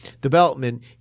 development